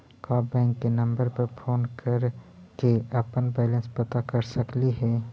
का बैंक के नंबर पर फोन कर के अपन बैलेंस पता कर सकली हे?